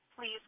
Please